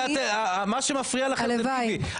זה מה שמפריע לכם זה ביבי,